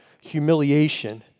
humiliation